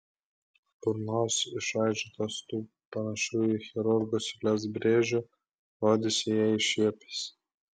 burnos išraižytos tų panašių į chirurgo siūles brėžių rodėsi jai šiepiasi